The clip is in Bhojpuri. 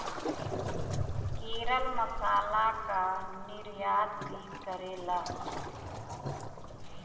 केरल मसाला कअ निर्यात भी करेला